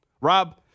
Rob